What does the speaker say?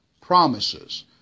promises